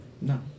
No